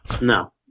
no